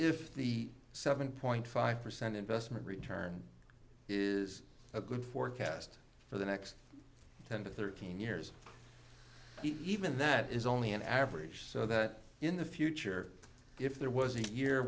if the seven point five percent investment return is a good forecast for the next ten to thirteen years even that is only an average so that in the future if there was a year